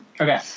okay